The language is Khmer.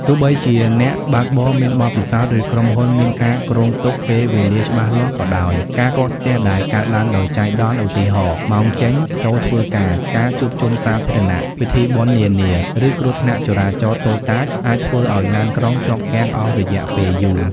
ទោះបីជាអ្នកបើកបរមានបទពិសោធន៍ ឬក្រុមហ៊ុនមានការគ្រោងទុកពេលវេលាច្បាស់លាស់ក៏ដោយ ការកកស្ទះដែលកើតឡើងដោយចៃដន្យ ឧទាហរណ៍ ម៉ោងចេញ ចូលធ្វើការ ការជួបជុំសាធារណៈ ពិធីបុណ្យនានា ឬគ្រោះថ្នាក់ចរាចរណ៍តូចតាច អាចធ្វើឱ្យឡានក្រុងជាប់គាំងអស់រយៈពេលយូរ។